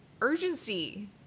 urgency